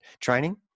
training